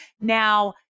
Now